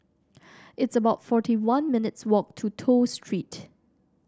it's about forty one minutes' walk to Toh Street